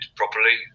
properly